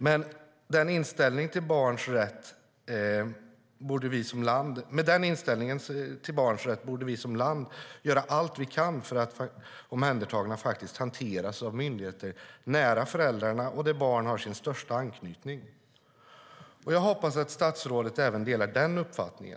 Med denna inställning till barns rätt borde vi som land göra allt vi kan för att omhändertagna barn ska hanteras av myndigheter nära föräldrarna och där barnen har sin största anknytning. Jag hoppas att statsrådet även delar denna uppfattning.